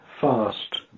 fast